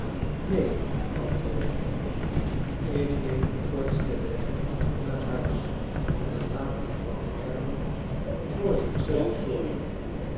neen antwoordde hij ik neem den kortsten weg naar huis en laat mevrouw merdle voor zich zelf zorgen